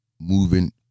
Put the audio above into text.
moving